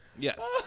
Yes